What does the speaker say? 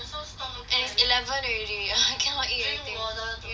andit's eleven already I cannot eat anything ya